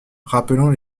rappelant